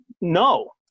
No